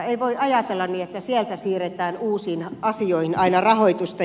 ei voi ajatella niin että sieltä siirretään uusiin asioihin aina rahoitusta